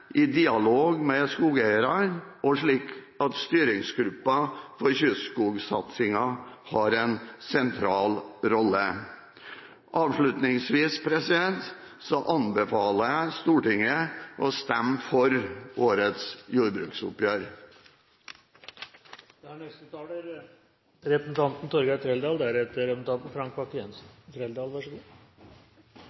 i dialog med skogeierne og slik at styringsgruppen for kystskogsatsingen har en sentral rolle. Avslutningsvis anbefaler jeg Stortinget å stemme for årets jordbruksoppgjør.